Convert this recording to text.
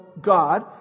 God